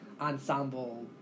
ensemble